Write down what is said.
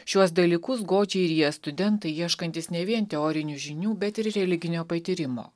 šiuos dalykus godžiai ryja studentai ieškantys ne vien teorinių žinių bet ir religinio patyrimo